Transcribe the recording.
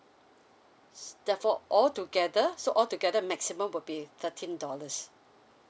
s~ therefore for all together so altogether maximum will be thirteen dollars